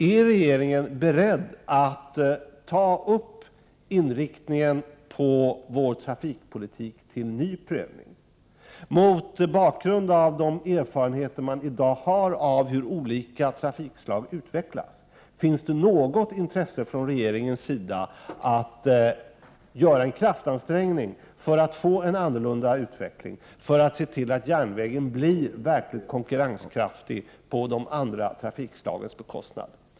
Är regeringen beredd att ta upp inriktningen av trafikpolitiken till ny prövning mot bakgrund av de erfarenheter som man i dag har av hur olika trafikslag utvecklas? Finns det något intresse från regeringens sida att göra en kraftansträngning för att få en annan utveckling och se till att järnvägen verkligen blir konkurrenskraftig på de andra trafikslagens bekostnad?